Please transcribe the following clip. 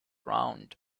round